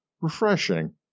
Refreshing